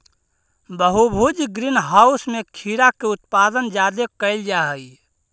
बहुभुज greenhouse में खीरा के उत्पादन जादे कयल जा हई